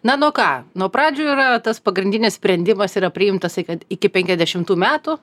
na nuo ką nuo pradžių yra tas pagrindinis sprendimas yra priimtas tai kad iki penkiasdešimtų metų